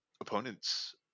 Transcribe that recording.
opponents